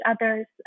other's